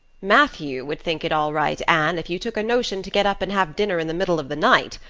matthew would think it all right, anne, if you took a notion to get up and have dinner in the middle of the night.